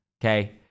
okay